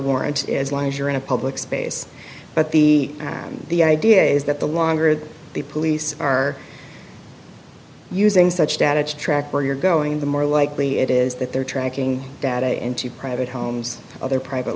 warrant as long as you're in a public space but the the idea is that the longer the police are using such data to track where you're going the more likely it is that they're tracking data into private homes or other private